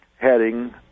heading